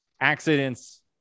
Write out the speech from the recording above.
accidents